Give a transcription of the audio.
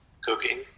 cooking